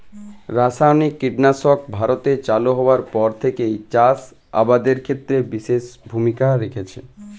রাসায়নিক কীটনাশক ভারতে চালু হওয়ার পর থেকেই চাষ আবাদের ক্ষেত্রে বিশেষ ভূমিকা রেখেছে